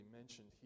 mentioned